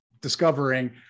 discovering